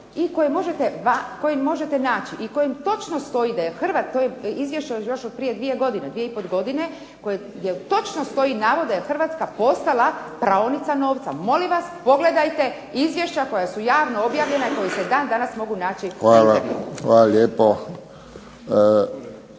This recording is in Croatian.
i pol godine gdje točno stoji navod da je Hrvatska postala praonica novca. Molim vas, pogledajte izvješća koja su javno objavljena i koja se dan danas mogu naći na internetu.